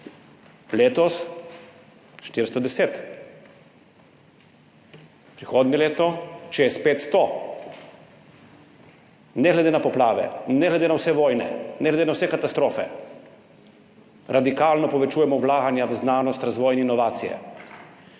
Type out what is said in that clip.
letos na 410, prihodnje leto čez 500. Ne glede na poplave, ne glede na vse vojne, ne glede na vse katastrofe radikalno povečujemo vlaganja v znanost, razvoj in inovacije